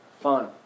Fun